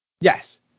Yes